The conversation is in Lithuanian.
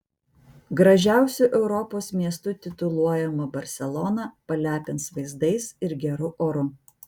gražiausiu europos miestu tituluojama barselona palepins vaizdais ir geru oru